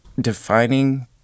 defining